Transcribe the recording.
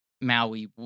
Maui